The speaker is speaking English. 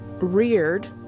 reared